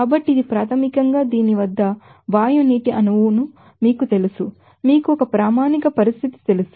కాబట్టి ఇది ప్రాథమికంగా దీని వద్ద గ్యాస్ హౌస్ వాటర్ మొలిక్యూల్ ను మీకు తెలుసు మీకు ఒక స్టాండర్డ్ కండిషన్ తెలుసు